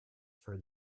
for